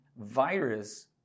virus